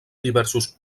diversos